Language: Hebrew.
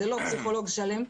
זה לא פסיכולוג שלם,